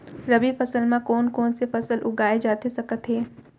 रबि फसल म कोन कोन से फसल उगाए जाथे सकत हे?